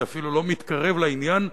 אני אפילו לא מתקרב לעניין,